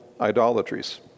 idolatries